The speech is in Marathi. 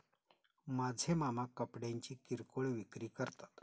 माझे मामा कपड्यांची किरकोळ विक्री करतात